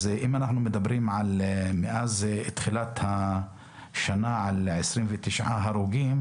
אם אנחנו מדברים מאז תחילת השנה על 29 הרוגים,